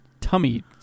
tummy